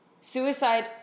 Suicide